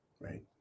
right